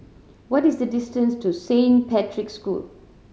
what is the distance to Saint Patrick's School